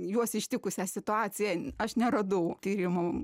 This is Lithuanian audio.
juos ištikusią situaciją aš neradau tyrimų